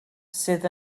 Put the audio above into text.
sydd